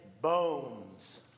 bones